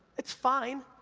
it's fine,